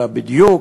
אלא בדיוק,